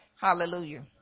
Hallelujah